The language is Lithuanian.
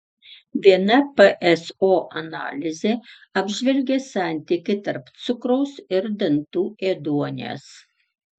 viena pso analizė apžvelgė santykį tarp cukraus ir dantų ėduonies